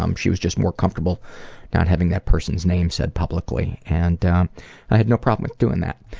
um she was just more comfortable not having that person's name said publicly, and i had no problem with doing that.